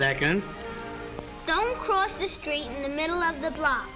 second don't cross the street the middle of the block